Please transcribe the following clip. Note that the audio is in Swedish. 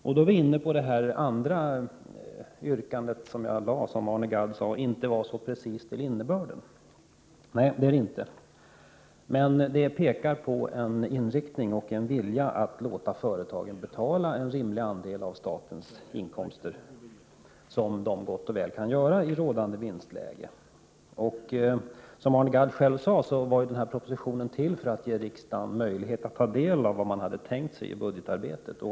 Därmed är jag inne på det andra yrkande som jag ställde och som Arne Gadd sade inte var särskilt precist till innebörden. Nej, det är det inte. Men det anger en inriktning och visar på en vilja att låta företagen betala en rimlig andel av statens inkomster, vilket de i rådande vinstläge gott och väl kan göra. Arne Gadd sade att den här propositionen var till för att ge riksdagen möjlighet att ta del av vad man hade tänkt sig i budgetarbetet.